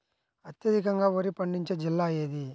అత్యధికంగా వరి పండించే జిల్లా ఏది?